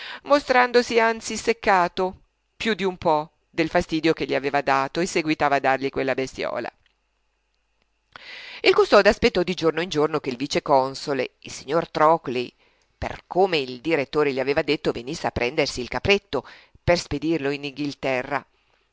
mostrandosi anzi seccato più d'un po del fastidio che gli aveva dato e seguitava a dargli quella bestiola il custode aspettò di giorno in giorno che il vice-console signor trockley per come il direttore gli aveva detto venisse a prendersi il capretto per spedirlo in inghilterra